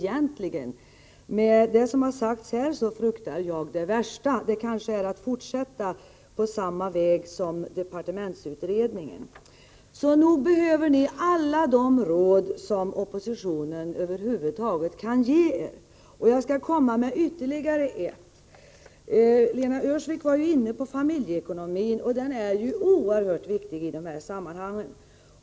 Med tanke på det som sagts här fruktar jag det värsta. Man kanske kommer att fortsätta på samma väg som departementsutredningen. Nog behöver ni alla de råd oppositionen över huvud taget kan ge er. Jag skall komma med ytterligare ett. Lena Öhrsvik var inne på frågan om familjeekonomin, som är oerhört viktig i det här sammanhanget.